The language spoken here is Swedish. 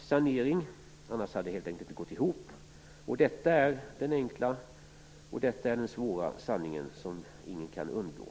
saneringen, för annars hade det helt enkelt inte gått ihop. Detta är den enkla, men också svåra, sanningen, som ingen kan undgå.